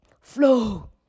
Flow